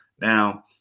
Now